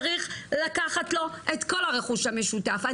צריך לקחת לו את כל הרכוש המשותף.